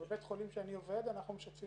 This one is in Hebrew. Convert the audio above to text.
בבית החולים שאני עובד אנחנו משתפים